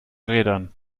rädern